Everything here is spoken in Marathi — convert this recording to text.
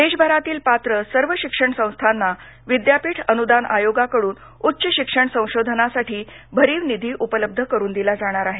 देशभरातील पात्र सर्व शिक्षण संस्थांना विद्यापीठ अनुदान आयोगाकडून उच्च शिक्षण संशोधनासाठी भरीव निधी उपलब्ध करुन दिला जाणार आहे